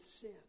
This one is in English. sin